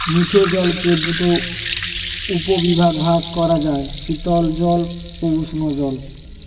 মিঠে জলকে দুটি উপবিভাগে ভাগ করা যায়, শীতল জল ও উষ্ঞ জল